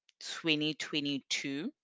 2022